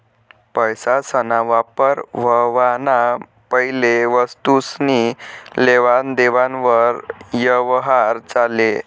पैसासना वापर व्हवाना पैले वस्तुसनी लेवान देवान वर यवहार चाले